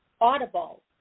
Audible